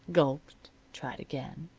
gulped, tried again,